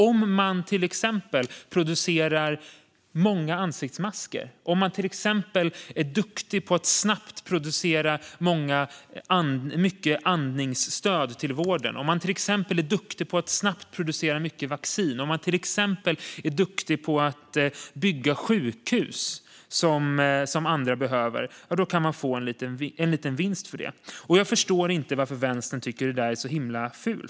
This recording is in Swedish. Om man till exempel producerar många ansiktsmasker, om man är duktig på att snabbt producera mycket andningsstöd till vården, om man är duktig på att snabbt producera mycket vaccin eller om man är duktig på att bygga sjukhus, som andra behöver, kan man få en liten vinst för det. Jag förstår inte varför vänstern tycker att detta är så himla fult.